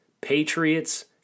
Patriots